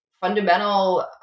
fundamental